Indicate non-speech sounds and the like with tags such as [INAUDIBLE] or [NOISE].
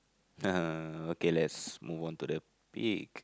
[LAUGHS] okay let's move on to the pig